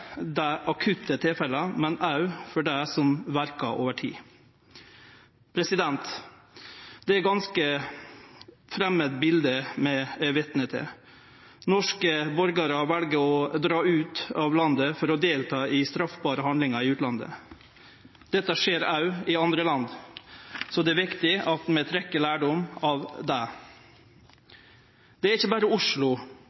dei akutte tilfella, men òg for det som verkar over tid. Det er eit ganske framandt bilete vi er vitne til. Norske borgarar vel å dra ut av landet for å delta i straffbare handlingar i utlandet. Dette skjer òg i andre land, så det er viktig at vi trekkjer lærdom av